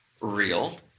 real